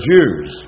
Jews